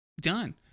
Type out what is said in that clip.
Done